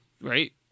right